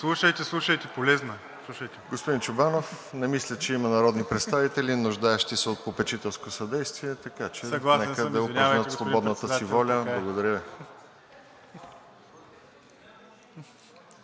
ПРЕДСЕДАТЕЛ РОСЕН ЖЕЛЯЗКОВ: Господин Чобанов, не мисля, че има народни представители, нуждаещи се от попечителско съдействие, така че нека да упражнят свободната си воля. Благодаря